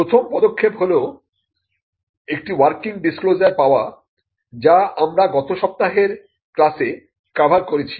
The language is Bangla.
প্রথম পদক্ষেপ হল একটা ওয়ার্কিং ডিসক্লোজার পাওয়া যা আমরা গত সপ্তাহের ক্লাসে কভার করেছি